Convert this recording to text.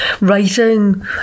Writing